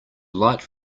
light